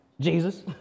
jesus